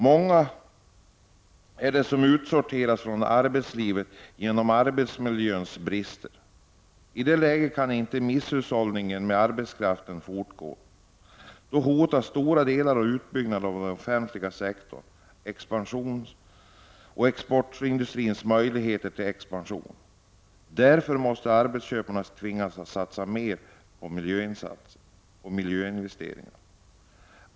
Många är de som utsorteras från arbetslivet genom arbetsmiljöns brister. I detta läge kan inte misshushållningen med arbetskraften fortgå. Då hotas stora delar av utbyggnaden av den offentliga sektorn och exportindustrins möjlighet till expansion. Därför måste arbetsköparna tvingas att satsa mer på miljöinvesteringar.